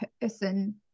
person